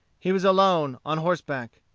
he was alone, on horseback.